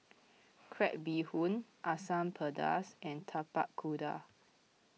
Crab Bee Hoon Asam Pedas and Tapak Kuda